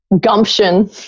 gumption